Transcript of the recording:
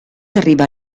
arriva